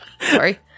Sorry